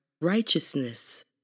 righteousness